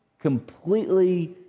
completely